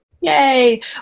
Yay